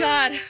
God